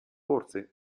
forse